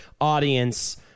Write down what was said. audience